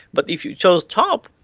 but if you chose top,